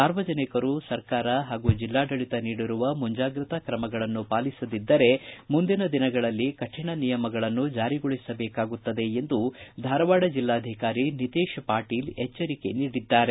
ಸಾರ್ವಜನಿಕರು ಸರ್ಕಾರ ಹಾಗೂ ಜಿಲ್ಲಾಡಳಿತ ನೀಡಿರುವ ಮುಂಜಾಗೃತಾ ಕ್ರಮಗಳನ್ನು ಪಾಲಿಸದಿದ್ದರೆ ಮುಂದಿನ ದಿನಗಳಲ್ಲಿ ಕರಿಣ ನಿಯಮಗಳನ್ನು ಜಾರಿಗೊಳಿಸಬೇಕಾಗುತ್ತದೆ ಎಂದು ಧಾರವಾಡ ಜಿಲ್ಲಾಧಿಕಾರಿ ನಿತೇಶ್ ಪಾಟೀಲ ಎಚ್ಚರಿಕೆ ನೀಡಿದ್ದಾರೆ